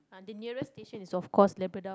the nearest station is of course Labrador